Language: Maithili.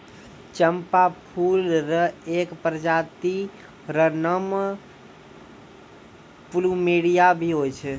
चंपा फूल र एक प्रजाति र नाम प्लूमेरिया भी होय छै